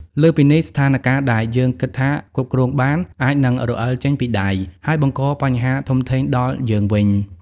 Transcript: លើសពីនេះ ស្ថានការណ៍ដែលយើងគិតថាគ្រប់គ្រងបាន អាចនឹងរអិលចេញពីដៃ ហើយបង្កបញ្ហាធំធេងដល់យើងវិញ។